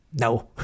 no